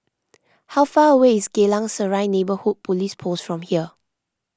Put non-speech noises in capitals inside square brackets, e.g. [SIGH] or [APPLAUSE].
[NOISE] how far away is Geylang Serai Neighbourhood Police Post from here